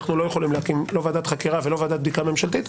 אנחנו לא יכולים להקים לא ועדת חקירה ולא ועדת בדיקה ממשלתית,